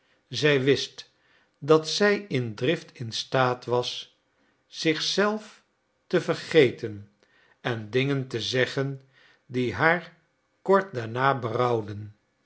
zij wist dat zij in drift in staat was zich zelf te vergeten en dingen te zeggen die haar kort daarna berouwden